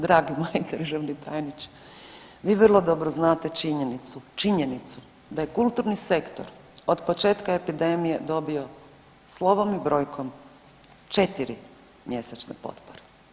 Dragi moj državni tajniče, vi vrlo dobro znate činjenicu, činjenicu da je kulturni sektor od početka epidemije dobio slovom i brojkom 4 mjesečne potpore.